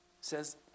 says